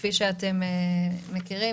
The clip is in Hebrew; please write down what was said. כפי שאתם מכירים,